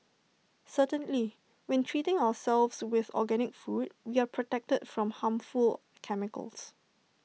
certainly when treating ourselves with organic food we are protected from harmful chemicals